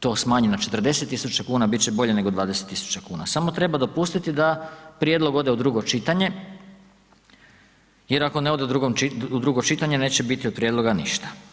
to smanji na 40.000,00 kn, bit će bolje nego 20.000,00 kn, samo treba dopustiti da prijedlog ode u drugo čitanje jer ako ne ode u drugo čitanje, neće biti od prijedloga ništa.